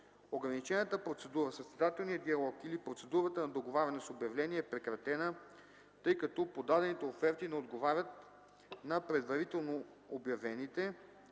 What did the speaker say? ограничената процедура, състезателният диалог или процедурата на договаряне с обявление е прекратена, тъй като подадените оферти не отговарят на предварително обявените